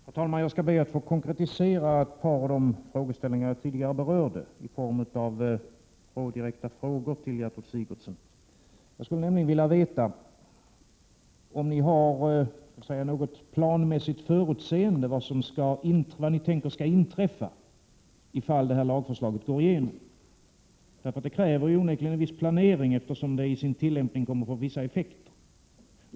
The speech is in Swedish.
Herr talman! Jag skall be att få konkretisera ett par av de frågeställningar jag tidigare berörde och ställa direkta frågor till Gertrud Sigurdsen. Jag skulle nämligen vilja veta om ni på ett planmässigt vis har förutsett vad ni tänker skall inträffa, ifall detta lagförslag går igenom. Det kräver onekligen en viss planering, eftersom förslaget i sin tillämpning kommer att få vissa effekter.